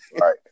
Right